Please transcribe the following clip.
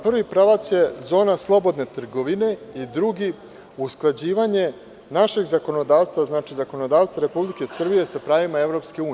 Prvi pravac je zona slobodne trgovine, a drugi pravac je usklađivanje našeg zakonodavstva, zakonodavstva Republike Srbije, sa pravima EU.